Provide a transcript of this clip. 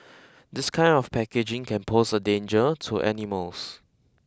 this kind of packaging can pose a danger to animals